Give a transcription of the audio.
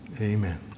Amen